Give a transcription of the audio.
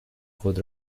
خود